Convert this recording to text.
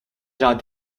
gens